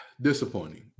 disappointing